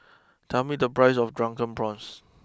tell me the price of Drunken Prawns